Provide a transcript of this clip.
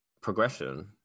progression